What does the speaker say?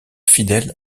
fidèle